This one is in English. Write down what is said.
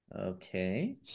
Okay